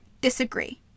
disagree